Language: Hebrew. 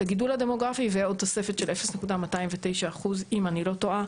הגידול הדמוגרפי ועוד תוספת של 0.209% אם אני לא טועה,